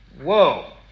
whoa